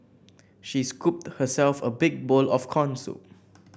she scooped herself a big bowl of corn soup